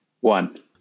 One